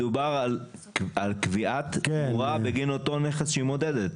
מדובר על קביעת תמורה בגין אותו נכס שהיא מודדת,